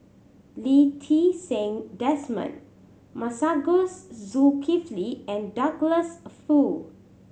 Lee Ti Seng Desmond Masagos Zulkifli and Douglas Foo